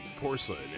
porcelain